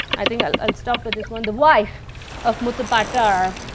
i think i will stop with this one, the wife of muthu pattar,